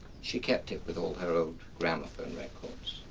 she kept it with all her old gramophone records.